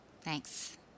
Thanks